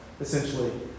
essentially